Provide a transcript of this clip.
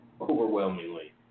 overwhelmingly